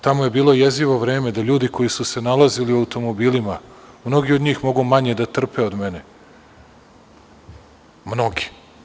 Tamo je bilo jezivo vreme, da ljudi koji su se nalazili u automobilima, mnogi od njih mogu manje da trpe od mene, mnogi.